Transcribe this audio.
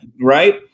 Right